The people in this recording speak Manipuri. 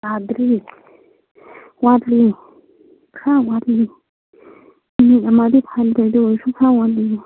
ꯇꯥꯗ꯭ꯔꯤ ꯋꯥꯠꯂꯤ ꯈꯔ ꯋꯥꯠꯂꯤ ꯃꯤꯅꯤꯠ ꯑꯃꯗꯤ ꯐꯥꯗ꯭ꯔꯤ ꯑꯗꯨ ꯑꯣꯏꯔꯁꯨ